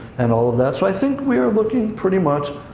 and all of that. so i think we are looking, pretty much,